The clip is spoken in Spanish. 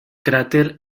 cráter